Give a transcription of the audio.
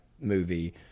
movie